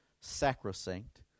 sacrosanct